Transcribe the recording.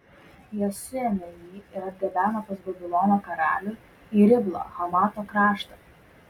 jie suėmė jį ir atgabeno pas babilono karalių į riblą hamato kraštą